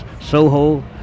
Soho